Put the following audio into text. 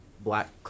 Black